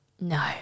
No